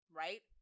right